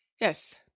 yes